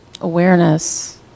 awareness